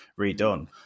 Redone